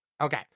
Okay